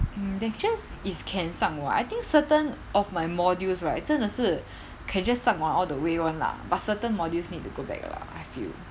hmm lectures is can 上网 I think certain of my modules right 真的是 can just 上网 [one] all the way [one] lah but certain modules need to go back lah I feel